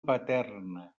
paterna